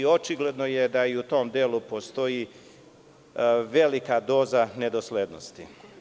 Očigledno je da i u tom delu postoji velika doza nedoslednosti.